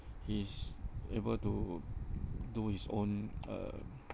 he's able to do his own um